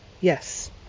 Yes